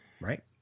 Right